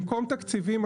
במקום תקציבים,